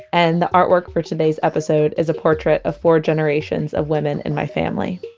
and the artwork for today's episode is a portrait of four generations of women in my family